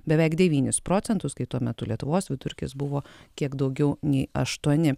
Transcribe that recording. beveik devynis procentus kai tuo metu lietuvos vidurkis buvo kiek daugiau nei aštuoni